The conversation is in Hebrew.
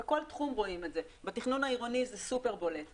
בכל תחום רואים את זה: בתכנון העירוני זה בולט מאוד,